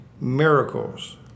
miracles